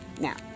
Now